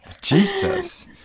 Jesus